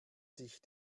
sich